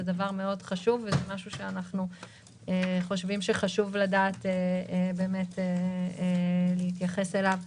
זה דבר חשוב מאוד וזה דבר שאנחנו חושבים שחשוב לדעת להתייחס אליו.